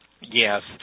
Yes